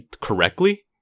correctly